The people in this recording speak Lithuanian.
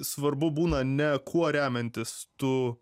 svarbu būna ne kuo remiantis tu